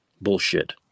Bullshit